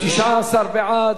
19 בעד,